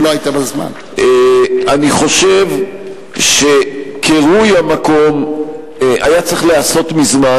אני חושב שקירוי המקום היה צריך להיעשות מזמן,